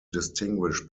distinguish